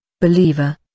believer